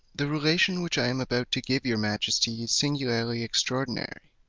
the relation which i am about to give your majesty is singularly extraordinary.